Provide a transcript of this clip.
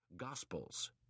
Gospels